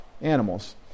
animals